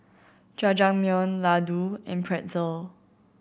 Jajangmyeon Ladoo and Pretzel